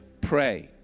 pray